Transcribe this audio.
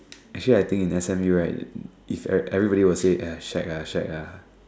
actually I think in S_M_U right everyone will say is shag ah shag ah